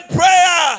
prayer